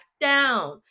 down